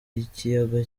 y’ikiyaga